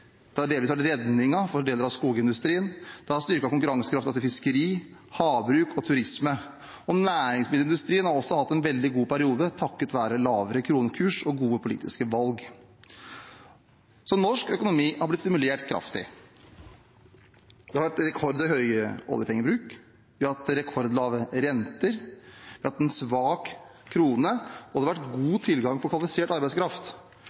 det har delvis vært redningen for deler av skogindustrien, det har styrket konkurransekraften til fiskeri, havbruk og turisme. Næringsmiddelindustrien har også hatt en veldig god periode, takket være lavere kronekurs og gode politiske valg. Norsk økonomi har blitt stimulert kraftig. Det har vært rekordhøy oljepengebruk. Vi har hatt rekordlave renter. Vi har hatt en svak krone, og det har vært god tilgang på kvalifisert arbeidskraft.